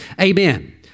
amen